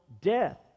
death